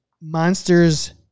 Monsters